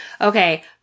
Okay